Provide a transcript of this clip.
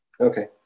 Okay